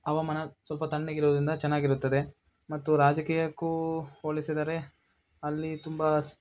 ಹವಾಮಾನ ಸ್ವಲ್ಪ ತಣ್ಣಗಿರೋದ್ರಿಂದ ಚೆನ್ನಾಗಿರುತ್ತದೆ ಮತ್ತು ರಾಜಕೀಯಕ್ಕೂ ಹೋಲಿಸಿದರೆ ಅಲ್ಲಿ ತುಂಬ ಸ್